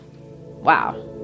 wow